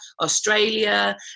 Australia